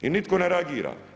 I nitko ne reagira.